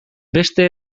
beste